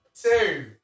two